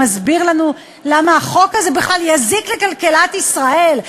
שמסביר לנו למה החוק הזה בכלל יזיק לכלכלת ישראל.